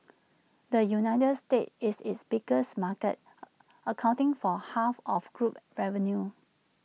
the united states is its biggest market accounting for half of group revenue